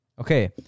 Okay